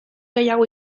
gehiago